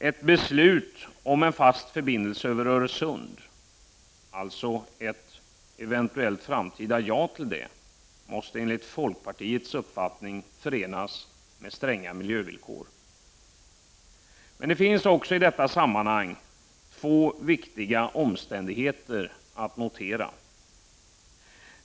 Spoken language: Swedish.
Ett beslut om en fast — Prot. 1989/90:31 förbindelse över Öresund, dvs. ett framtida ja till detta, måste enligt folkpar 22 november 1989 tiets uppfattning förenas med stränga miljövillkor. FE RA ned EA Men det finns också i detta sammanhang två viktiga omständigheter att notera.